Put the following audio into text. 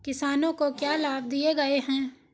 किसानों को क्या लाभ दिए गए हैं?